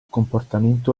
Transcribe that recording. comportamento